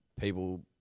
People